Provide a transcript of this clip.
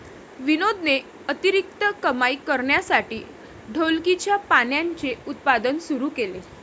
विनोदने अतिरिक्त कमाई करण्यासाठी ढोलकीच्या पानांचे उत्पादन सुरू केले